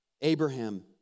Abraham